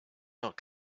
not